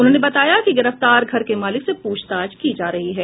उन्होंने बताया कि गिरफ्तार घर के मालिक से पूछताछ की जा रही है